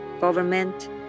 government